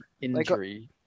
injury